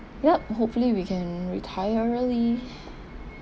ya hopefully we can retire early